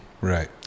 right